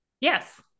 yes